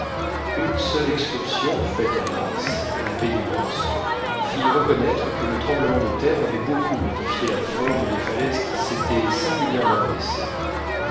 une seule excursion faite en mars à la baie des morses fit reconnaître que le tremblement de terre avait beaucoup modifié la forme des falaises qui s'étaient singulièrement abaissées